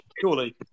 surely